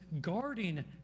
guarding